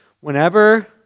Whenever